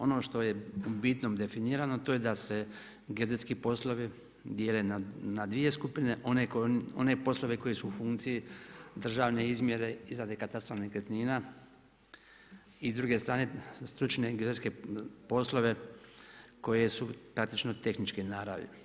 Ono što je bitno definirano, to je da se geodetski poslovi dijele na 2 skupine, one poslove koje su u funkciji državne izmjere, izrade katastra nekretnina i druge strane stručne geodetske poslove koje su praktično tehničke naravi.